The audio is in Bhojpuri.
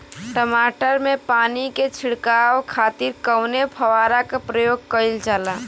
टमाटर में पानी के छिड़काव खातिर कवने फव्वारा का प्रयोग कईल जाला?